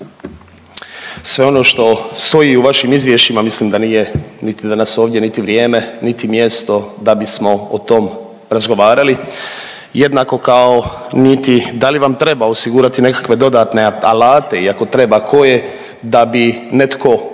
sve ono što stoji u vašim izvješćima mislim da nije niti danas ovdje niti vrijeme, niti mjesto da bismo o tom razgovarali jednako kao niti da li vam treba osigurati neke dodatne alate i ako treba koje da bi netko u